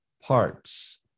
parts